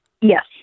Yes